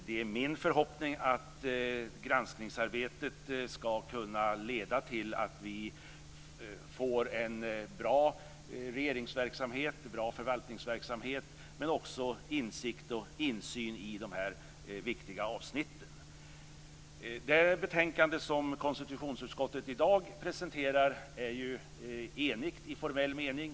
Det är min förhoppning att granskningsarbetet skall kunna leda till att vi får en bra regeringsverksamhet, en bra förvaltningsverksamhet, men också insikt och insyn i de här viktiga avsnitten. Det betänkande som konstitutionsutskottet presenterar i dag är enigt i formell mening.